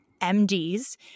MDs